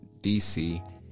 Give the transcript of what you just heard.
DC